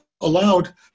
allowed